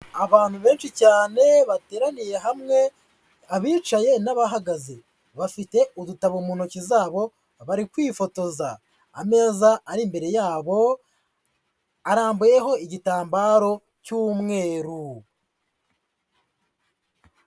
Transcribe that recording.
Abantu benshi cyane bateraniye hamwe abicaye n'abahagaze, bafite udutabo mu ntoki zabo bari kwifotoza, ameza ari imbere yabo arambuyeho igitambaro cy'umweru.